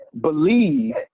believe